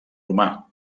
romà